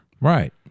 Right